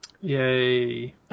Yay